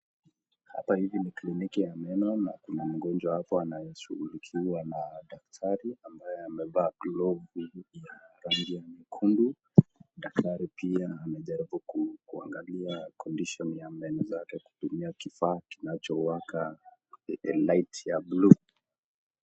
Hapa hivi ni kliniki ya meno na kuna mgonjwa anayeshughulikiwa na daktari ambaye amevaa glovu ya rangi ya nyekundu daktari pia amejaribu kuangalia condition ya meno zake kutumia kifaa kinachowaka light ya blue .